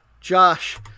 Josh